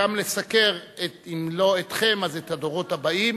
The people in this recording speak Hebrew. וגם לסקר, אם לא אתכם אז את הדורות הבאים,